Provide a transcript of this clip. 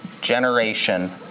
generation